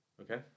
okay